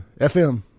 FM